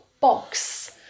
box